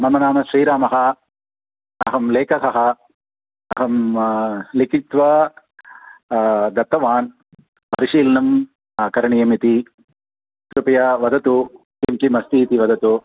मम नाम श्रीरामः अहं लेखकः अहं लिखित्वा गतवान् परिशिलनं करणीयमिति कृपया वदतु किं किमस्ति इति वदतु